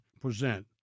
present